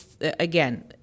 again